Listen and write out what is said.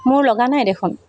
মোৰ লগা নাই দেখোন